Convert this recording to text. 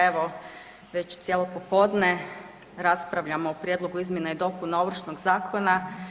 Evo već cijelo popodne raspravljamo o prijedlogu izmjena i dopuna Ovršnog zakona.